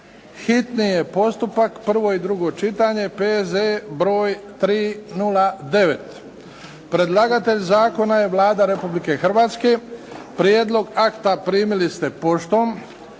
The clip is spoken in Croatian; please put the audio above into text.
hitni postupak, prvo i drugo čitanje. P.Z. br. 309 Predlagatelj zakona je Vlada Republike Hrvatske. Prijedlog akta primili ste poštom.